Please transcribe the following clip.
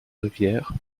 rivière